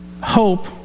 hope